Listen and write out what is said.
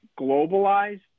globalized